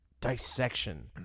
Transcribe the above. dissection